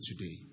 today